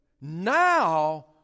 now